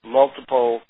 multiple